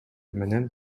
менен